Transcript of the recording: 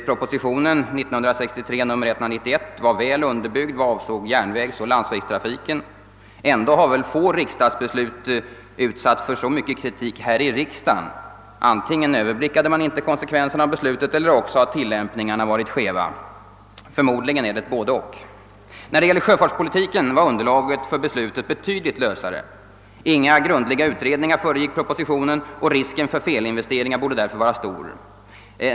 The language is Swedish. Proposition nr 191 till 1963 års riksdag var väl underbyggd vad avsåg järnvägsoch landsvägstrafiken. Ändå har väl få riksdagsbeslut utsatts för så mycken kritik här i riksdagen. Antingen överblickade man inte konsekvenserna av beslutet eller också har tillämpningen varit skev. Allra riktigast är måhända att säga att det varit både— och. Då det gällde sjöfartspolitiken var underlaget för beslutet betydligt lösare. Inga grundliga utredningar föregick propositionen, och risken för felaktig inriktning av åtgärder borde därför vara stor.